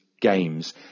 games